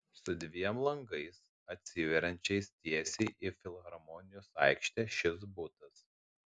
su dviem langais atsiveriančiais tiesiai į filharmonijos aikštę šis butas